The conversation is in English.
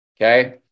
okay